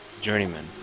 journeyman